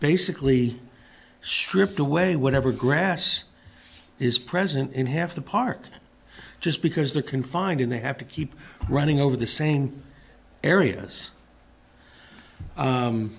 basically stripped away whatever grass is present in have the park just because they're confined and they have to keep running over the same areas